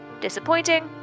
Disappointing